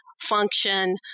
function